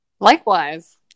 likewise